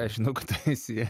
aš žinau kad tu esi